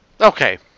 Okay